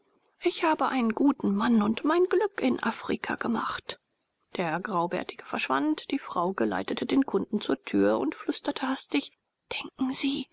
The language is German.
ich habe einen guten mann und mein glück in afrika gemacht der graubärtige verschwand die frau geleitete den kunden zur tür und flüsterte hastig denken sie